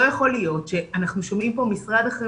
לא יכול להיות שאנחנו שומעים פה משרד אחרי